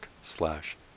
slash